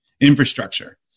infrastructure